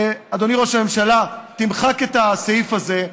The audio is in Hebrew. אדוני ראש הממשלה: תמחק את הסעיף הזה.